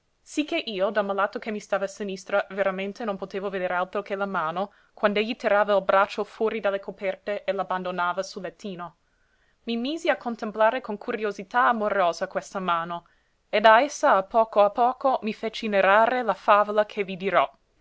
sicché io del malato che mi stava a sinistra veramente non potevo veder altro che la mano quand'egli tirava il braccio fuori dalle coperte e l'abbandonava sul lettino i misi a contemplare con curiosità amorosa questa mano e da essa a poco a poco mi feci narrare la favola che vi dirò